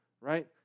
right